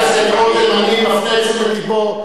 אני מפנה את תשומת לבו,